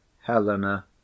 Helena